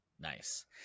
Nice